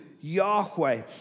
Yahweh